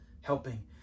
helping